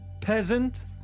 peasant